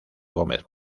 gómez